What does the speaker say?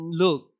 look